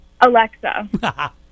Alexa